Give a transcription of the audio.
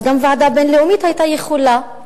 אז גם ועדה בין-לאומית היתה יכולה,